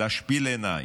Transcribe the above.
להשפיל עיניים.